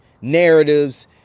narratives